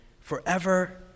forever